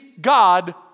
God